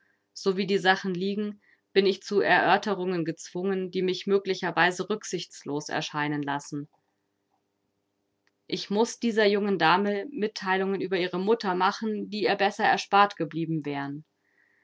so wie die sachen liegen bin ich zu erörterungen gezwungen die mich möglicherweise rücksichtslos erscheinen lassen ich muß dieser jungen dame mitteilungen über ihre mutter machen die ihr besser erspart geblieben wären